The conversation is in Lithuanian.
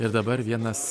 ir dabar vienas